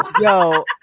Yo